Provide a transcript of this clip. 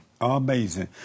Amazing